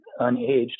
unaged